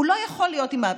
הוא לא יכול להיות עם הצמיד,